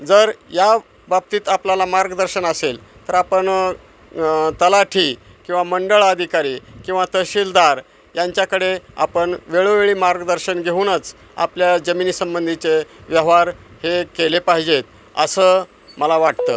जर या बाबतीत आपल्याला मार्गदर्शन असेल तर आपण तलाठी किंवा मंडळ आधिकारी किंवा तहसीलदार यांच्याकडे आपण वेळोवेळी मार्गदर्शन घेऊनच आपल्या जमिनी संबंधीचे व्यवहार हे केले पाहिजेत असं मला वाटतं